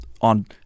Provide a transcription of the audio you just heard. on